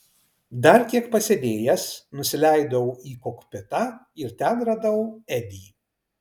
dar kiek pasėdėjęs nusileidau į kokpitą ir ten radau edį